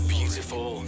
Beautiful